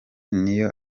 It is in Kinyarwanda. niyo